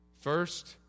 First